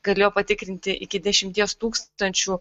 galėjo patikrinti iki dešimties tūkstančių